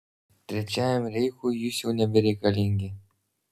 trečiajam reichui jūs jau nebereikalingi